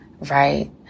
Right